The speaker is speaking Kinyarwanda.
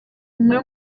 umwe